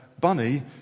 Bunny